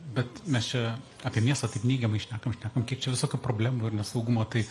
bet mes čia apie miestą taip neigiamai šnekam kiek čia visokių problemų ir nesaugumo tai